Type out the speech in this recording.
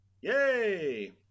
Yay